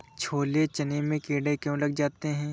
छोले चने में कीड़े क्यो लग जाते हैं?